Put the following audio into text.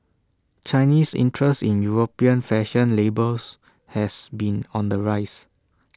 Chinese interest in european fashion labels has been on the rise